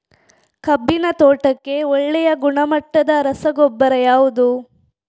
ಕಬ್ಬಿನ ತೋಟಕ್ಕೆ ಒಳ್ಳೆಯ ಗುಣಮಟ್ಟದ ರಸಗೊಬ್ಬರ ಯಾವುದು?